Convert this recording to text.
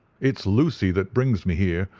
it's lucy that brings me here,